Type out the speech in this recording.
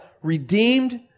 Redeemed